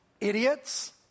idiots